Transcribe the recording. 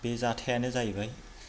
बे जाथायानो जाहैबाय